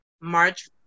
March